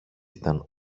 ήταν